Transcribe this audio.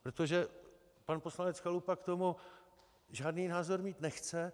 Protože pan poslanec Chalupa k tomu žádný názor mít nechce.